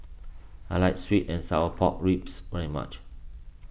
I like Sweet and Sour Pork Ribs very much